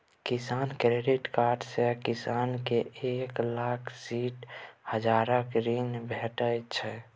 किसान credit card सँ किसान केँ एक लाख साठि हजारक ऋण भेटै छै